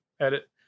edit